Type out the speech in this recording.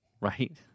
right